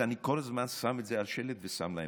אני כל הזמן שם את זה על שלט ושם להם,